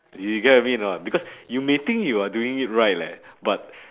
you get what I mean or not because you may think you are doing it right leh but